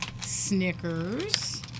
Snickers